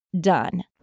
done